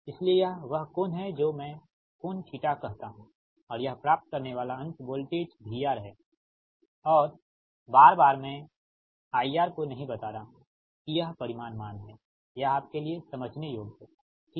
इसलिए यह वह कोण है जो मैं कोण 𝜃 कहता हूं और यह प्राप्त करने वाला अंत वोल्टेज VR है और बार बार मैं IR को नहीं बता रहा हूं कि यह परिमाण मान हैयह आपके लिए समझने योग्य है ठीक है